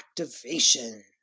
activation